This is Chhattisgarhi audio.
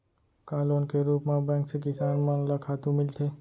का लोन के रूप मा बैंक से किसान मन ला खातू मिलथे?